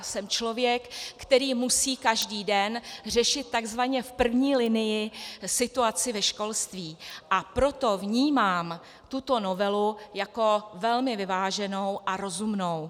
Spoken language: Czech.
Jsem člověk, který musí každý den řešit takzvaně v první linii situaci ve školství, a proto vnímám tuto novelu jako velmi vyváženou a rozumnou.